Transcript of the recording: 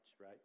right